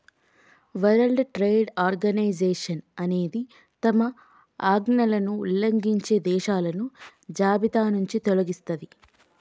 world Trade Organization అనేది తమ ఆజ్ఞలను ఉల్లంఘించే దేశాలను జాబితానుంచి తొలగిస్తది